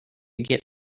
get